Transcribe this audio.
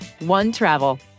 OneTravel